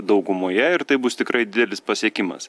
daugumoje ir tai bus tikrai didelis pasiekimas